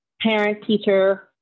Parent-Teacher